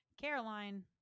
Caroline